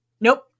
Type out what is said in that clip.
nope